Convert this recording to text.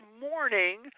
morning